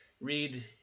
Read